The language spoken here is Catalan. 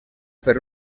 per